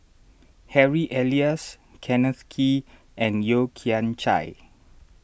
Harry Elias Kenneth Kee and Yeo Kian Chai